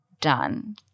Done